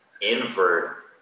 invert